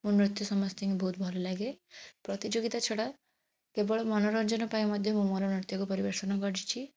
ମୋ ନୃତ୍ୟ ସମସ୍ତଙ୍କୁ ବହୁତ ଭଲ ଲାଗେ ପ୍ରତିଯୋଗିତା ଛାଡ଼ କେବଳ ମନୋରଞ୍ଜନ ପାଇଁ ମଧ୍ୟ ମୁଁ ମୋ ନୃତ୍ୟକୁ ପରିବେଷଣ କରିଛି